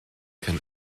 can